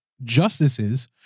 justices